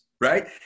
right